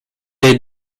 est